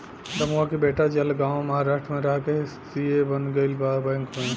रमुआ के बेटा जलगांव महाराष्ट्र में रह के सी.ए बन गईल बा बैंक में